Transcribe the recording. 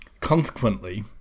Consequently